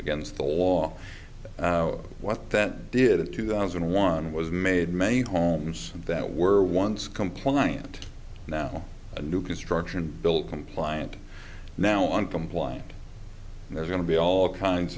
against the law what that did in two thousand and one was made many homes that were once compliant now a new construction built compliant now on compliant there's going to be all kinds